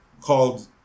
called